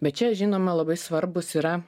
bet čia žinoma labai svarbūs yra